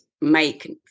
make